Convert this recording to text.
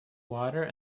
water